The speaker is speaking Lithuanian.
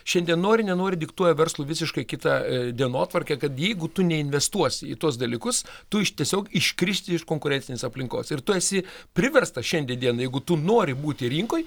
šiandien nori nenori diktuoja verslui visiškai kitą dienotvarkę kad jeigu tu neinvestuosi į tuos dalykus tu iš tiesiog iškristi iš konkurencinės aplinkos ir tu esi priverstas šiandien dienai jeigu tu nori būti rinkoj